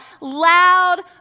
loud